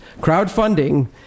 crowdfunding